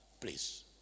please